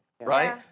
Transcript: right